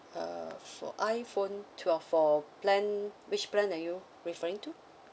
uh for iPhone twelve for plan which plan are you referring to